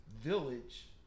village